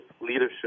leadership